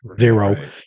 zero